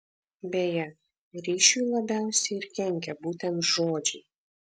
beje ryšiui labiausiai ir kenkia būtent žodžiai